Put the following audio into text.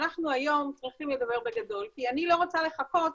אנחנו היום צריכים לדבר בגדול כי אני לא רוצה לחכות